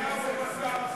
צור, אתה חלב או בשר,